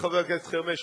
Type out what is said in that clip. חבר הכנסת חרמש,